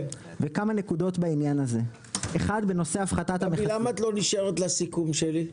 כן, גבי, למה את לא נשארת לסיכום שלי?